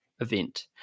event